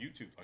YouTube